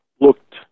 looked